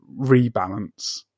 rebalance